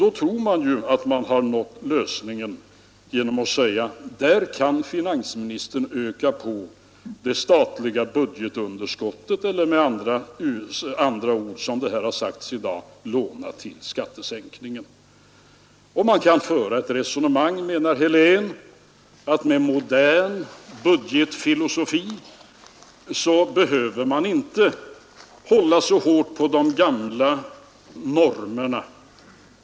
Då tror man att man har nått lösningen genom att säga att där kan finansministern öka på det statliga budgetunderskottet eller med andra ord, som det här har sagts i dag, låna till skattesänkningen. Man kan föra resonemanget, menar herr Helén, att med modern budgetfilosofi behöver man inte hålla så hårt på de gamla normerna.